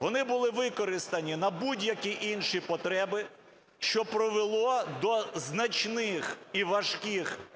Вони були використані на будь-які інші потреби, що привело до значних і важких втрат,